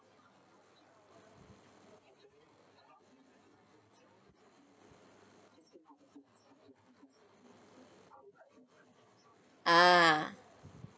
ah